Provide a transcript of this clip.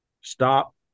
stop